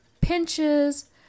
pinches